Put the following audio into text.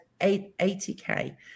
80K